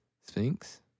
Sphinx